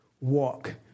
walk